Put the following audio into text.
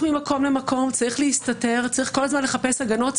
צריך כל הזמן לחפש הגנות,